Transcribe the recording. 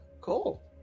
cool